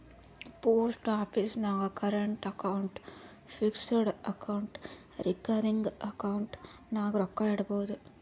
post office ನಾಗ್ current account, fixed account, recurring account ನಾಗ್ ರೊಕ್ಕಾ ಇಡ್ಬೋದ್